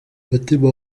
mutima